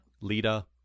Lita